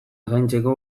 zaintzeko